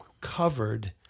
covered